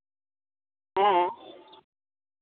ᱦᱮᱸ